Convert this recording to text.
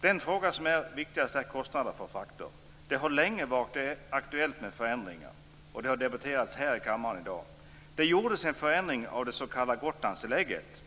Den fråga som är viktigast gäller kostnaderna för frakter. Det har länge varit aktuellt med förändringar - det har debatterats här i kammaren i dag. Det gjordes en förändring av det s.k. Gotlandstillägget.